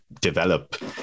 develop